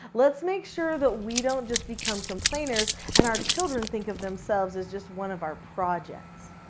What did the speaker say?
let's make sure that we don't just become complainers and our children think of themselves as just one of our projects.